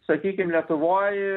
sakykim lietuvoje